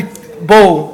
בואו,